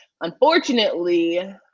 unfortunately